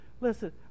Listen